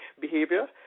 behavior